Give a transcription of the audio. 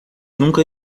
nunca